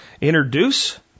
introduce